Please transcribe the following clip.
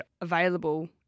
available